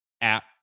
app